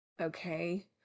Okay